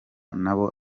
n’abo